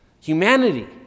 Humanity